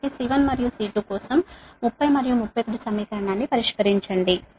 కాబట్టి C1 మరియు C2 కోసం 30 మరియు 31 వ సమీకరణాలను పరిష్కరించండి